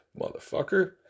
Motherfucker